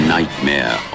Nightmare